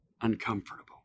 uncomfortable